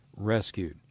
Rescued